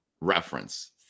reference